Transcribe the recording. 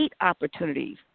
opportunities